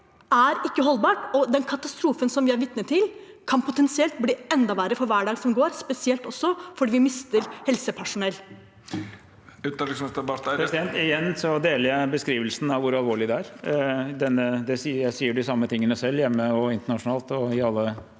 er ikke holdbart, og den katastrofen vi er vitne til, kan potensielt bli enda verre for hver dag som går, spesielt fordi vi også mister helsepersonell. Utenriksminister Espen Barth Eide Igjen deler jeg beskrivelsen av hvor alvorlig det er. Jeg sier de samme tingene selv, hjemme og internasjonalt, i alle